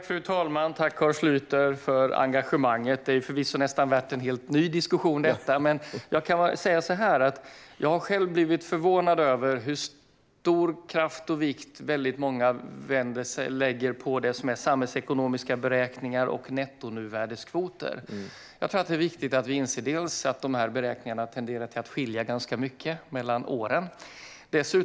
Fru talman! Tack, Carl Schlyter, för engagemanget! Detta är förvisso nästan värt en helt ny diskussion. Jag har själv blivit förvånad över hur stor kraft och vikt väldigt många lägger på det som är samhällsekonomiska beräkningar och nettonuvärdeskvoter. Det är viktigt att vi inser att de beräkningarna tenderar att skilja ganska mycket mellan åren.